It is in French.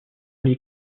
les